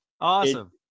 awesome